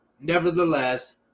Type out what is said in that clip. Nevertheless